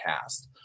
cast